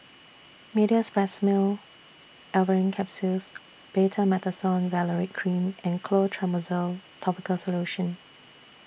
Meteospasmyl Alverine Capsules Betamethasone Valerate Cream and Clotrimozole Topical Solution